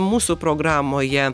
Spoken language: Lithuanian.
mūsų programoje